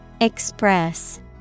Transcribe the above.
Express